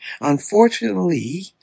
Unfortunately